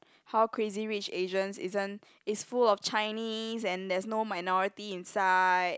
how Crazy-Rich-Asians isn't it's full of Chinese and there's no minority inside